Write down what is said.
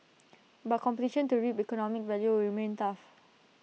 but competition to reap economic value remain tough